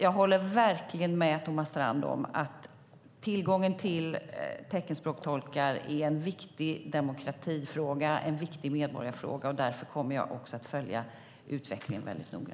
Jag håller verkligen med Thomas Strand om att tillgången till teckenspråkstolkar är en viktig demokratifråga och en viktig medborgarfråga. Därför kommer jag också att följa utvecklingen mycket noga.